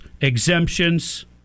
exemptions